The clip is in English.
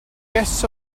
guests